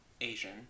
Asian